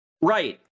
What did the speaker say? Right